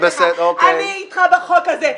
אני אתך בחוק הזה.